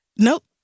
Nope